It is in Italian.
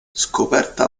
scoperta